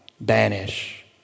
Banish